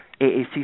AAC